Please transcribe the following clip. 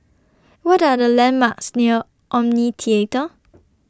What Are The landmarks near Omni Theatre